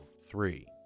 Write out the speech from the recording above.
three